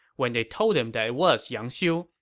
when they told him that it was yang xiu,